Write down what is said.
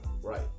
Right